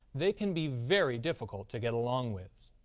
they can be very difficult to get along with.